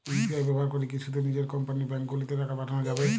UPI ব্যবহার করে কি শুধু নিজের কোম্পানীর ব্যাংকগুলিতেই টাকা পাঠানো যাবে?